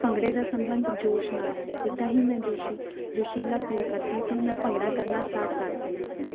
ਭੰਗੜੇ ਦਾ ਸੰਬੰਧ ਜੋਸ਼ ਨਾਲ ਹੈ ਜਿੱਦਾਂ ਹੀ ਮੈਂ ਜੋਸ਼ੀ ਜੋਸ਼ੀਲਾ ਫੀਲ ਕਰਦੀ ਸੀ ਮੈਂ ਭੰਗੜਾ ਕਰਨਾ ਸਟਾਰਟ ਕਰ ਦਿੰਦੀ ਸੀ